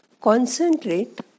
concentrate